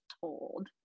told